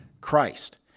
Christ